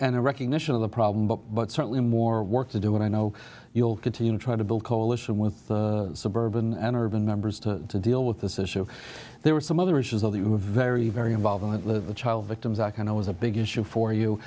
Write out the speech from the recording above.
and a recognition of the problem but but certainly more work to do and i know you'll continue to try to build coalition with suburban and urban members to deal with this issue there were some other issues that you were very very involvement with the child victims i kind of was a big issue for you